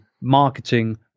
marketing